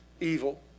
evil